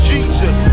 Jesus